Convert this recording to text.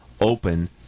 open